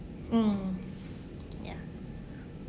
mm ya